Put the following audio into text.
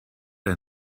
ein